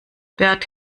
bert